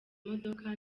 imodoka